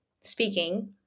speaking